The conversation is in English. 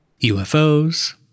UFOs